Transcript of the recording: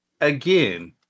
again